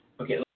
Okay